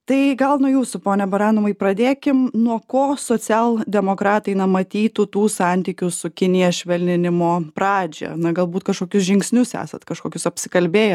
tai gal nuo jūsų pone baranovai pradėkim nuo ko socialdemokratai na matytų tų santykių su kinija švelninimo pradžią na galbūt kažkokius žingsnius esat kažkokius apsikalbėję